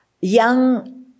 young